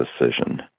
decision